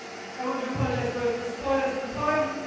i want to apologize both for spoilers of the poem.